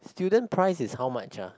student price is how much ah